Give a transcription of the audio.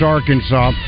Arkansas